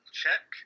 check